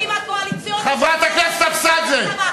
הקואליציוניים, חברת הכנסת אבסדזה.